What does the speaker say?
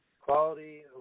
Quality